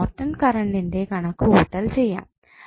നമുക്ക് നോർട്ടൺ കറണ്ടിന്റെ കണക്കുകൂട്ടൽ ചെയ്യാം